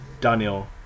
Daniel